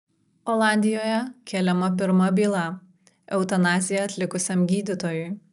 olandijoje keliama pirma byla eutanaziją atlikusiam gydytojui